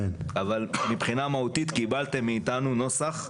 אבל מבחינה מהותית קיבלתם מאיתנו נוסח,